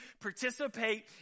participate